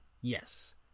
Yes